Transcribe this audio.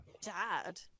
DAD